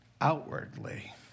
outwardly